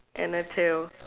and a tail